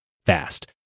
fast